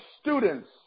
students